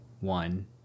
one